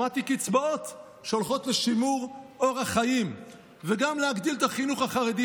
שמעתי קצבאות שהולכות לשימור אורח חיים וגם להגדיל את החינוך החרדי,